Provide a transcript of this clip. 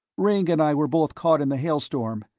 ringg and i were both caught in the hailstorm.